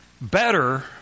better